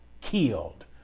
killed